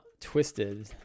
Twisted